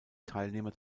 teilnehmer